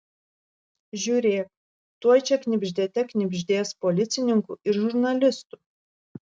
žiūrėk tuoj čia knibždėte knibždės policininkų ir žurnalistų